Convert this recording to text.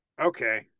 okay